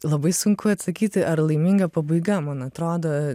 labai sunku atsakyti ar laiminga pabaiga man atrodo